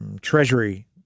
Treasury